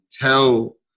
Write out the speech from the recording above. tell